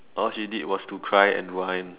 all she did was to cry and whine